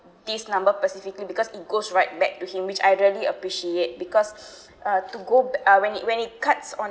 this number specifically because it goes right back to him which I really appreciate because uh to go back when it when it cuts on